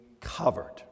covered